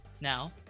Now